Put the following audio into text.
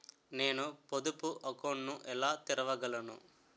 నేను పొదుపు అకౌంట్ను ఎలా తెరవగలను?